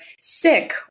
sick